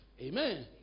Amen